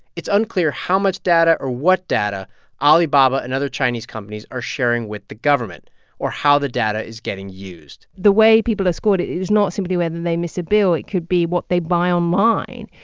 it's unclear how much data or what data alibaba and other chinese companies are sharing with the government or how the data is getting used the way people are scored it is not simply whether and they miss a bill. it could be what they buy online.